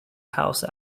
house